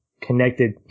connected